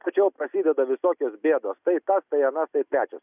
tačiau prasideda visokios bėdos tai tas tai anas tai trečias